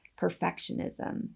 perfectionism